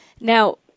Now